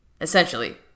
essentially